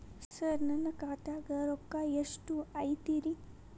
ಸರ ನನ್ನ ಖಾತ್ಯಾಗ ರೊಕ್ಕ ಎಷ್ಟು ಐತಿರಿ?